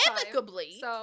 Amicably